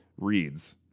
reads